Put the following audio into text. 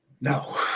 No